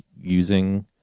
using